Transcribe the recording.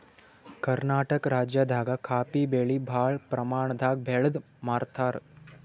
ಕರ್ನಾಟಕ್ ರಾಜ್ಯದಾಗ ಕಾಫೀ ಬೆಳಿ ಭಾಳ್ ಪ್ರಮಾಣದಾಗ್ ಬೆಳ್ದ್ ಮಾರ್ತಾರ್